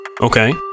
Okay